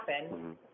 happen